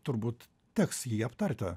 turbūt teks jį aptarti